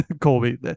Colby